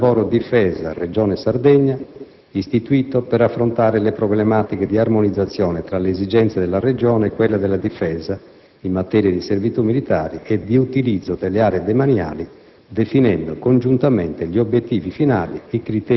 A tal fine, ha già iniziato ad operare il gruppo di lavoro Difesa-Regione Sardegna, istituito per affrontare le problematiche di armonizzazione tra le esigenze della Regione e quelle della difesa in materia di servitù militari e di utilizzo delle aree demaniali,